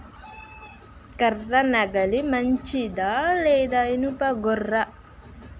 కర్ర నాగలి మంచిదా లేదా? ఇనుప గొర్ర?